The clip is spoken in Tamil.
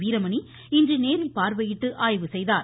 வீரமணி இன்று நேரில் பார்வையிட்டு ஆய்வு செய்தார்